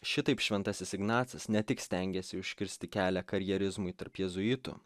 šitaip šventasis ignacas ne tik stengėsi užkirsti kelią karjerizmui tarp jėzuitų